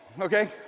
Okay